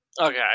Okay